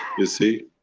you see?